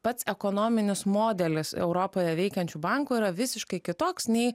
pats ekonominis modelis europoje veikiančių bankų yra visiškai kitoks nei